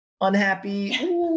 unhappy